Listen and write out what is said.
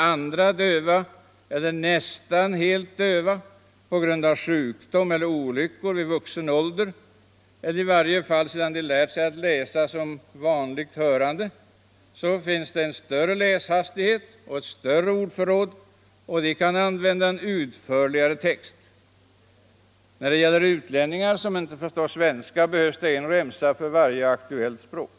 Andra döva eller nästan döva — på grund av sjukdom eller olyckor vid vuxen ålder — vilka i varje fall som hörande lärt sig läsa, har större läshastighet och större ordförråd, och de kan läsa Nr 143 en utförligare text. När det gäller utlänningar som inte förstår svenska Torsdagen den behövs det en textremsa för varje aktuellt språk.